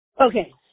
Okay